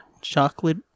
Chocolate